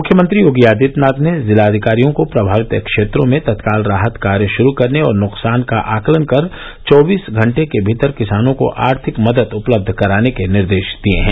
मुख्यमंत्री योगी आदित्यनाथ ने जिलाधिकारियों को प्रभावित क्षेत्रों में तत्काल राहत कार्य शुरू करने और नुकसान का आकलन कर चौबीस घंटे के भीतर किसानों को आर्थिक मदद उपलब्ध कराने के निर्देश दिये हैं